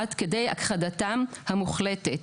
עד כדי הכחדתם המוחלטת.